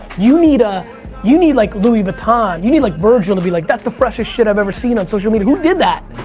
you need a you need like louis vuitton. but and you need like virgil to be like that's the freshest shit i've ever seen on social media. who did that?